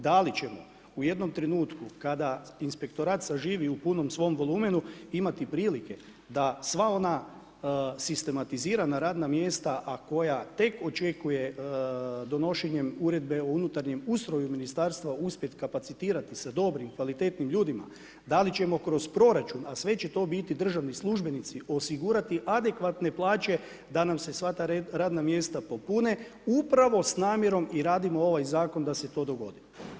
Da li ćemo u jednom trenutku, kada inspektorat saživi u punom svom volumenu, imati prilike, da sva ona sistematizirana radna mjesta, a koja tek očekuje donošenjem uredbe o unutarnjem ustroju ministarstva uspjeti kapacitirati sa dobrim i kvalitetnim ljudima, da li ćemo kroz proračun, as ve će to biti državni službenici, osigurati adekvatne plaće da nam se sva ta radna mjesta popune, upravo s namjerom i radimo ovaj zakon, da se to dogodi.